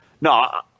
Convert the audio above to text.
No